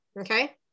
okay